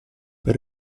per